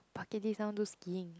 bucketlist I want do skiing